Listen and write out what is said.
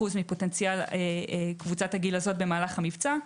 מפוטנציאל קבוצת הגיל הזו במהלך המבצע.